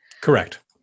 Correct